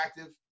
interactive